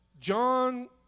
John